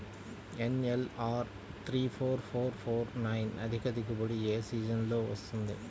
NLR three four four four nine అధిక దిగుబడి ఏ సీజన్లలో వస్తుంది?